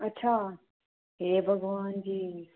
अच्छा हे भगवान जी